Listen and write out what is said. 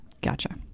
Gotcha